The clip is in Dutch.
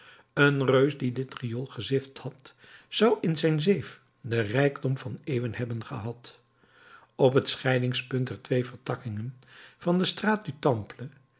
een reus die dit riool gezift had zou in zijn zeef den rijkdom der eeuwen hebben gehad op het scheidingspunt der twee vertakkingen van de straat du